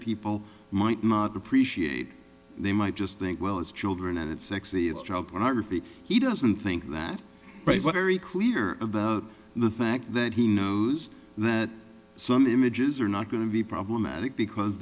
people might not appreciate they might just think well as children and it's sexy it's child pornography he doesn't think that were very clear about the fact that he knows that some images are not going to be problematic because